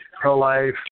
Pro-Life